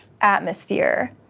atmosphere